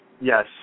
Yes